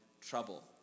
trouble